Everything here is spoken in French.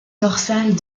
dorsale